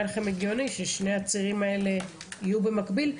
הגיוני ששני הצירים האלה יהיו במקביל.